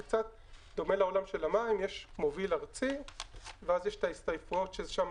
זה קצת דומה לעולם של המים יש מוביל ארצי ואז יש את ההסתעפויות ששם